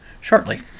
shortly